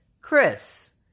Chris